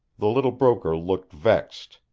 the little broker looked vexed,